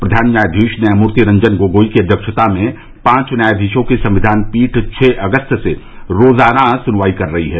प्रधान न्यायधीश न्यायमूर्ति रंजन गोगोई की अध्यक्षता में पांच न्यायधीशों की संविवान पीठ छः अगस्त से मामले की रोजाना सुनवाई कर रही है